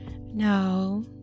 No